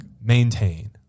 maintain